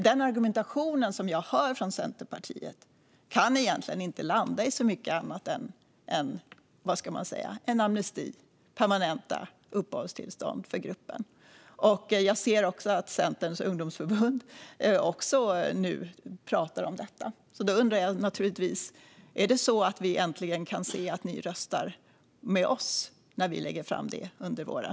Den argumentation som jag hör från Centerpartiet kan egentligen inte landa i så mycket annat än - vad ska man säga - en amnesti och permanenta uppehållstillstånd för gruppen. Jag ser också att Centerns ungdomsförbund nu pratar om detta. Då undrar jag naturligtvis: Är det så att ni äntligen kommer att rösta med oss när vi lägger fram vårt förslag under våren?